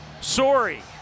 sorry